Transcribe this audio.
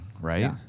right